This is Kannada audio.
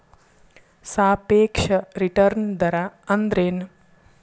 ಸಾಪೇಕ್ಷ ರಿಟರ್ನ್ ದರ ಅಂದ್ರೆನ್